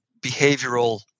behavioral